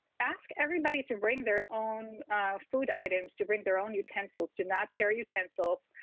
ask everybody to bring their own food items, to bring their own utensils. do not share utensils.